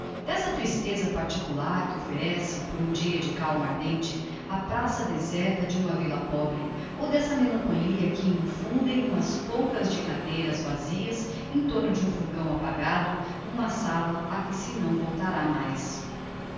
triste dessa tristeza particular que offerece por um dia de calma ardente a praça deserta de uma villa pobre ou d'essa melancholia que infundem umas poucas de cadeiras vazias em torno de um fogão apagado n'uma sala a que se não voltará mais